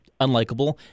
unlikable